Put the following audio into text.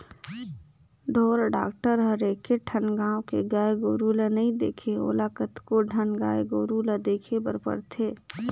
ढोर डॉक्टर हर एके ठन गाँव के गाय गोरु ल नइ देखे ओला कतको ठन गाय गोरु ल देखे बर परथे